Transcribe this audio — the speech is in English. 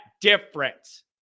difference